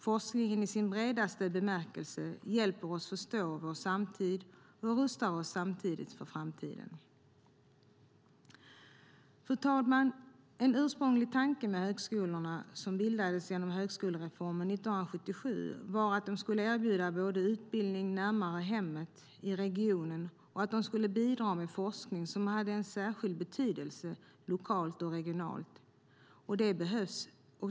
Forskningen, i sin bredaste bemärkelse, hjälper oss förstå vår samtid och rustar oss samtidigt för framtiden. Fru talman! En ursprunglig tanke med högskolorna som bildades genom högskolereformen 1977 var att de skulle erbjuda både utbildning närmare hemmet, i regionen, och att de skulle bidra med forskning som hade en särskild betydelse lokalt och regionalt.